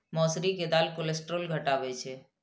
मौसरी के दालि कोलेस्ट्रॉल घटाबै छै